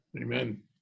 amen